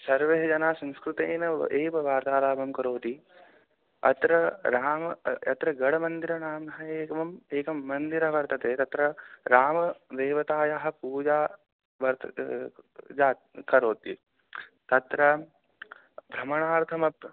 सर्वेः जनाः संस्कृतेन एव एव वार्तालापं करोति अत्र रामः अत्र गडमन्दिरनाम्ना एकम् एकं मन्दिरं वर्तते तत्र रामदेवतायाः पूजा वर्तते जाता करोति तत्र भ्रमणार्थम् अत्र